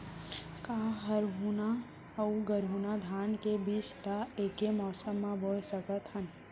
का हरहुना अऊ गरहुना धान के बीज ला ऐके मौसम मा बोए सकथन?